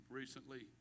recently